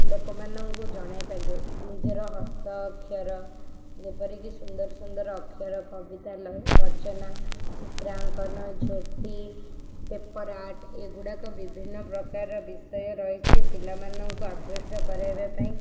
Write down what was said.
ଲୋକମାନଙ୍କୁ ଜଣାଇ ପାରିବେ ନିଜର ହସ୍ତ ଅକ୍ଷର ଯେପରିକି ସୁନ୍ଦର ସୁନ୍ଦର ଅକ୍ଷର କବିତା ଲ ରଚନା ଚିତ୍ରାଙ୍କନ ଝୋଟି ପେପର୍ ଆର୍ଟ ଏଗୁଡ଼ାକ ବିଭିନ୍ନ ପ୍ରକାର ବିଷୟ ରହିଛି ପିଲାମାନଙ୍କୁ ଆକୃଷ୍ଟ କରାଇବା ପାଇଁ